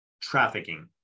trafficking